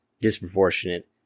disproportionate